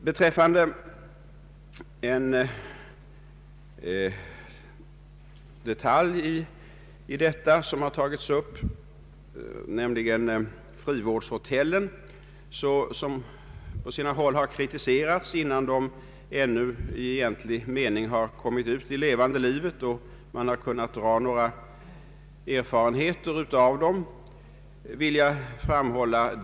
Här har i debatten tagits upp en detalj som jag något vill beröra, nämligen frivårdshotellen, vilka på sina håll har kritiserats innan de ännu i egentlig mening har kommit ut i levande livet och några erfarenheter av dem kunnat dras.